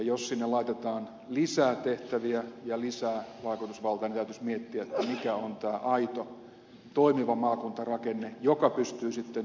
jos sinne laitetaan lisää tehtäviä ja lisää vaikutusvaltaa täytyisi miettiä mikä on tämä aito toimiva maakuntarakenne joka pystyy sitten yhteistoimintaan valtionhallinnon kanssa